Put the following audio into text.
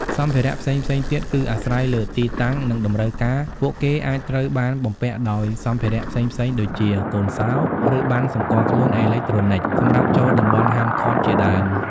សម្ភារៈផ្សេងៗទៀត គឺអាស្រ័យលើទីតាំង និងតម្រូវការ ពួកគេអាចត្រូវបានបំពាក់ដោយសម្ភារៈផ្សេងៗដូចជា កូនសោរ ឬបណ្ណសម្គាល់ខ្លួនអេឡិចត្រូនិចសម្រាប់ចូលតំបន់ហាមឃាត់ជាដើម។